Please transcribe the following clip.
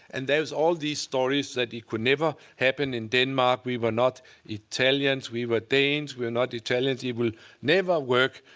and there's all these stories that it could never happen in denmark. we were not italians, we were danes. we're not italians. it will never work.